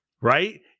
right